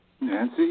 Nancy